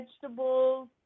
vegetables